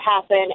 happen